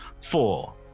four